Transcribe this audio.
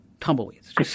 tumbleweeds